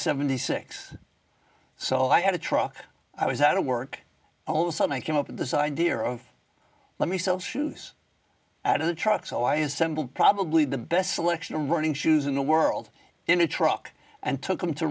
seventy six so i had a truck i was out of work all sun i came up with this idea of let me sell shoes at the truck so i assembled probably the best selection of running shoes in the world in a truck and took them to